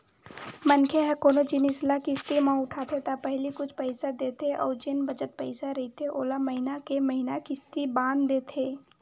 मनखे ह कोनो जिनिस ल किस्ती म उठाथे त पहिली कुछ पइसा देथे अउ जेन बचत पइसा रहिथे ओला महिना के महिना किस्ती बांध देथे